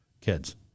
kids